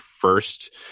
first